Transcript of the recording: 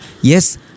yes